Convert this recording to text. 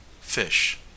FISH